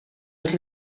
els